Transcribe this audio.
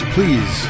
Please